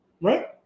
right